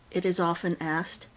it is often asked,